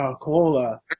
Cola